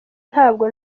ntabwo